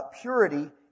purity